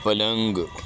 پلنگ